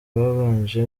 babanje